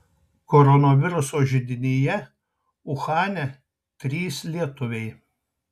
koronaviruso židinyje uhane trys lietuviai